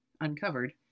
uncovered